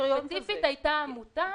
ספציפית הייתה עמותה